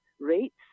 rates